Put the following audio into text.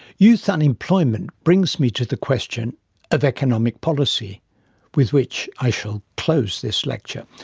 youth unemployment brings me to the question of economic policy with which i shall close this lecture.